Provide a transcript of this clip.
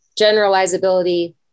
generalizability